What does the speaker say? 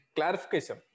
Clarification